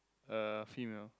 uh female